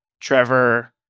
Trevor